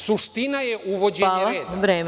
Suština je uvođenje reda.